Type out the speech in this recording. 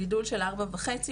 זה גידול של ארבע וחצי,